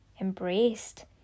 embraced